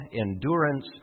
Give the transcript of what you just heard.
endurance